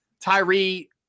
Tyree